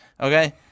okay